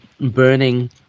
burning